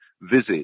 visit